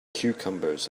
cucumbers